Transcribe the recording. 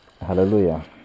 hallelujah